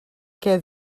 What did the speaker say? què